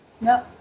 No